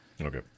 Okay